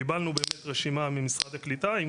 קיבלנו רשימה ממשרד העלייה והקליטה עם